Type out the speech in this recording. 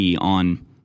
on